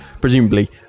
presumably